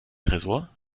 tresor